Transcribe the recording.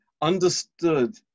understood